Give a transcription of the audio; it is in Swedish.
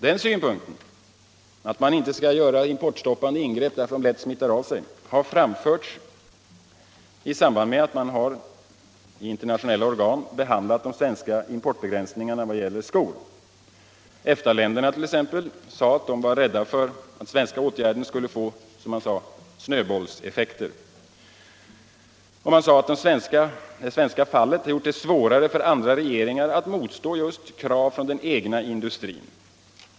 Den synpunkten att man inte skall göra importstoppande ingrepp, därför att de lätt smittar av sig, har framförts i samband med att man i internationella organ har behandlat de svenska importbegränsningarna i vad gäller skor. EFTA länderna exempelvis sade att de var rädda för att den svenska åtgärden skulle få, som man sade, ”snöbollseffekter”. Man sade att det svenska fallet har gjort det svårare för andra länder att motstå just krav från den egna industrin.